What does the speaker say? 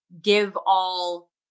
give-all